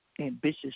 ambitious